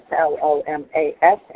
L-O-M-A-S